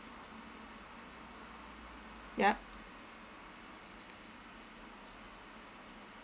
yup